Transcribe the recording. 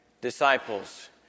disciples